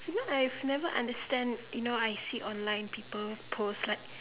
it's not like I never understand you know I see online post